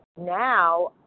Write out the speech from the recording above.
now